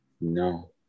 No